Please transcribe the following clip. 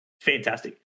Fantastic